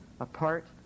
apart